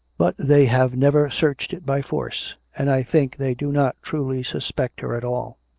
but they have never searched it by force. and i think they do not truly suspect her at all.